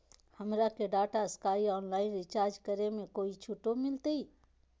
हमरा के Tata Sky online recharge करे में कोई छूट मिलतई